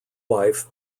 wife